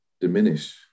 diminish